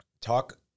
Talk